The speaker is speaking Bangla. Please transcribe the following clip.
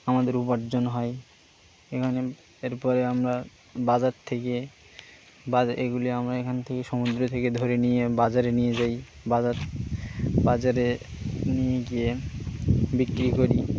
আমাদের উপার্জন হয় এখানে এরপরে আমরা বাজার থেকে এগুলি আমরা এখান থেকে সমুদ্র থেকে ধরে নিয়ে বাজারে নিয়ে যাই বাজার বাজারে নিয়ে গিয়ে বিক্রি করি